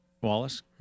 Wallace